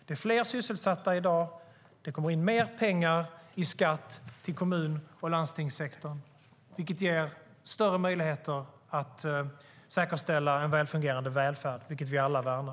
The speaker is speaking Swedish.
Det är fler sysselsatta i dag, och det kommer in mer pengar i skatt till kommun och landstingssektorn, vilket ger större möjligheter att säkerställa en väl fungerande välfärd, som vi alla värnar.